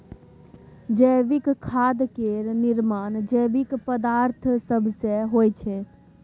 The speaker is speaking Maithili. जैविक खाद केर निर्माण जैविक पदार्थ सब सँ होइ छै